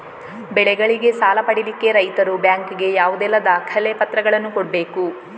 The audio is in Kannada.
ಬೆಳೆಗಳಿಗೆ ಸಾಲ ಪಡಿಲಿಕ್ಕೆ ರೈತರು ಬ್ಯಾಂಕ್ ಗೆ ಯಾವುದೆಲ್ಲ ದಾಖಲೆಪತ್ರಗಳನ್ನು ಕೊಡ್ಬೇಕು?